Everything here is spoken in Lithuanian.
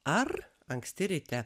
ar anksti ryte